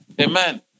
Amen